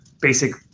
basic